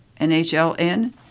NHLN